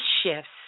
shifts